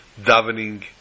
davening